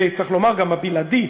וצריך לומר גם: בלעדי,